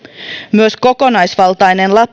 myös kokonaisvaltainen